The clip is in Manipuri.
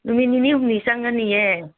ꯅꯨꯃꯤꯠ ꯅꯤꯅꯤ ꯍꯨꯝꯅꯤ ꯆꯪꯒꯅꯤꯌꯦ